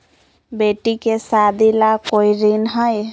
बेटी के सादी ला कोई ऋण हई?